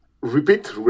repeat